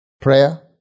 prayer